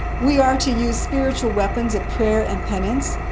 we are to use spiritual weapons of prayer and penance,